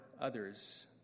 others